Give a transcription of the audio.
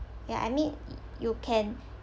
ya I mean y~ you can